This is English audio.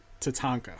Tatanka